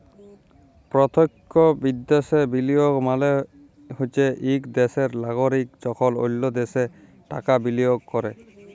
পরতখ্য বিদ্যাশে বিলিয়গ মালে হছে ইক দ্যাশের লাগরিক যখল অল্য দ্যাশে টাকা বিলিয়গ ক্যরে